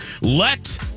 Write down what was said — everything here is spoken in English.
let